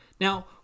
now